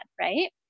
right